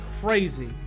crazy